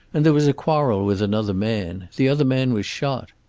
and there was a quarrel with another man. the other man was shot.